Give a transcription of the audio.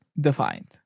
defined